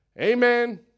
Amen